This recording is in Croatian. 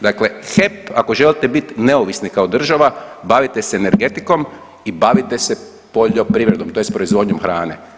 Dakle, HEP ako želite biti neovisni kao država bavite se energetikom i bavite se poljoprivredom, tj. proizvodnjom hrane.